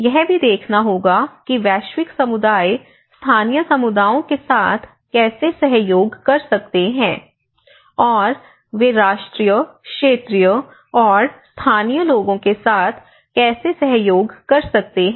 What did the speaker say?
यह भी देखना होगा कि वैश्विक समुदाय स्थानीय समुदायों के साथ कैसे सहयोग कर सकते हैं और वे राष्ट्रीय क्षेत्रीय और स्थानीय लोगों के साथ कैसे सहयोग कर सकते हैं